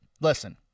Listen